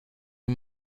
wir